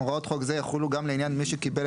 הוראות לעניין חוק זה יחולו גם לעניין מי שקיבל